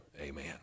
Amen